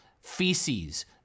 feces